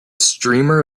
streamer